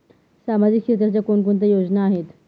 सामाजिक क्षेत्राच्या कोणकोणत्या योजना आहेत?